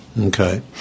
Okay